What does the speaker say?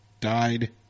died